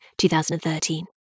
2013